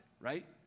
right